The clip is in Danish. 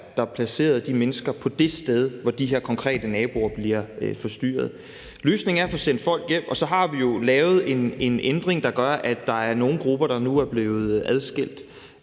placerede de mennesker på det sted, hvor de her konkrete naboer bliver forstyrret. Løsningen er at få sendt folk hjem. Og så har vi jo lavet en ændring, der gør, at der er nogle grupper, der nu er blevet adskilt